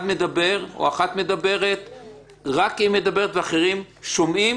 מדברת רק היא מדברת ואחרים שומעים.